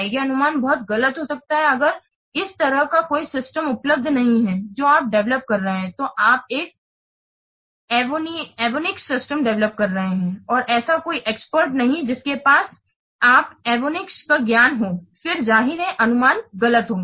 यह अनुमान बहुत गलत हो सकता है अगर इस तरह का कोई सिस्टम उपलब्ध नहीं है जो आप डेवेलोप कर रहे हैं तो आप एक एवियोनिक्स सिस्टम डेवेलोप कर रहे हैं और ऐसा कोई एक्सपर्ट नहीं है जिसके पास एविओनिक्स का ज्ञान हो फिर जाहिर है अनुमान गलत होंगे